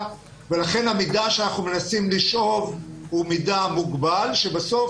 ולכן המידע שאנחנו מנסים לשאוב הוא מידע מוגבל ובסוף